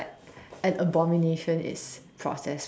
an abomination is processed food